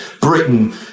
Britain